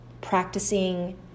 practicing